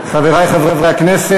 חברי חברי הכנסת,